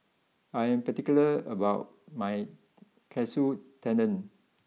I am particular about my Katsu Tendon